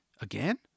again